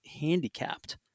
handicapped